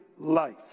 life